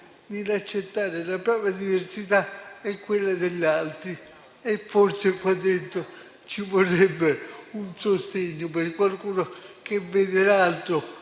nell'accettare la propria diversità e quella degli altri (e forse qua dentro ci vorrebbe un sostegno per qualcuno, che vede l'altro